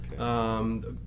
Okay